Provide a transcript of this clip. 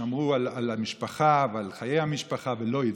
ושמרו על המשפחה ועל חיי המשפחה ולא הצביעו.